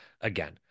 Again